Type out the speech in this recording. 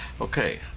Okay